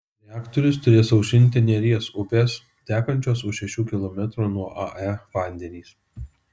reaktorius turės aušinti neries upės tekančios už šešių kilometrų nuo ae vandenys